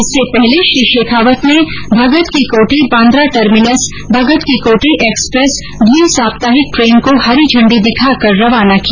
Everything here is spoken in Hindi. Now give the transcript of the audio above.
इससे पहले श्री शेखावत ने भगत की कोठी बांद्रा टर्मिनस भगत की कोठी एक्सप्रेस द्वि साप्ताहिक ट्रेन को हरी झण्डी दिखाकर रवाना किया